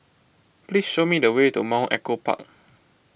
please show me the way to Mount Echo Park